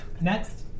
Next